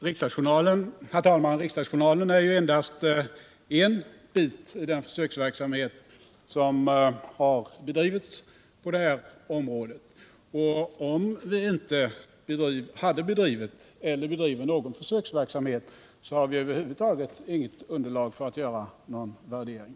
Herr talman! Riksdagsjournalen är ju endast en bit i den försöksverksamhet som har bedrivits på det här området. Om vi inte hade bedrivit eller bedriver någon försöksverksamhet så har vi över huvud taget inget underlag för att göra någon värdering.